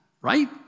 Right